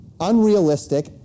unrealistic